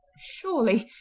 surely,